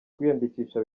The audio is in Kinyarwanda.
kwiyandikisha